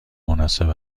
مناسب